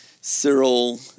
Cyril